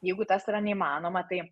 jeigu tas yra neįmanoma tai